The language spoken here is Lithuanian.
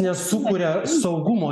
nesukuria saugumo